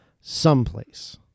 someplace